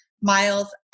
Miles